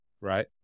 right